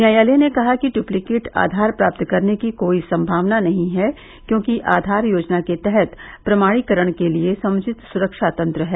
न्यायालय ने कहा कि डुप्लीकेट आधार प्राप्त करने की कोई संभावना नहीं है क्योंकि आधार योजना के तहत प्रमाणीकरण के लिए समुचित सुरक्षा तंत्र है